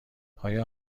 آیا